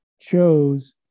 chose